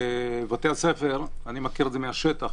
בבתי הספר אני מכיר את זה מהשטח,